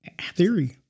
theory